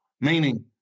meaning